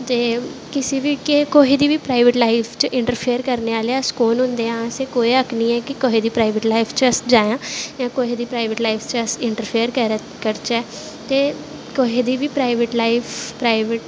ते कुसै दी बी प्राईवेट लाईफ च अस कुन होंदे आं असेंगी कोई हक्क नी ऐ कुसैदी प्राईवेट लाईफ च अस जाएं कुसैदी प्राईवेट लाईफ च अस इंटरफेयर करचै ते कुसे दी बी प्राईवेट लाईफ प्राईवेट